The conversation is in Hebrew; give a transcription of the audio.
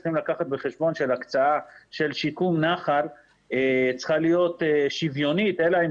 צריך לקחת בחשבון שהקצאה לשיקום נחל צריכה להיות שוויונית אלא אם